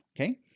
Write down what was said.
Okay